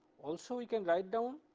also you can write down